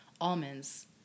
almonds